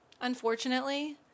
unfortunately